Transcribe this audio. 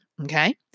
okay